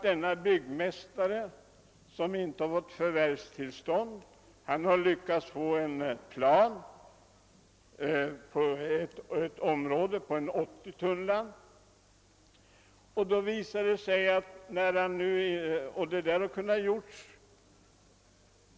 Denne byggmästare, som inte fått förvärvstillstånd till hemmanet, har lyckats få en byggnadsplan fastställd på ett område härav omfattande ca 380 tunnland.